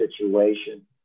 situation